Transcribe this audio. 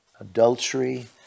adultery